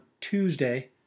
Tuesday